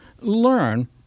learn